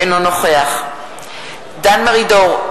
אינו נוכח דן מרידור,